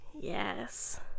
yes